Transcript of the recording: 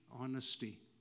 honesty